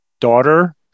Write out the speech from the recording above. daughter